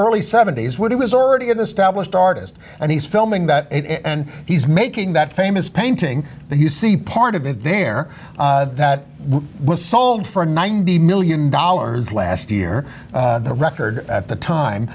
early seventy's where he was already an established artist and he's filming that and he's making that famous painting that you see part of in there that was sold for ninety million dollars last year the record at the